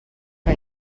que